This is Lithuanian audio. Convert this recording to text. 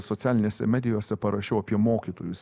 socialinėse medijose parašiau apie mokytojus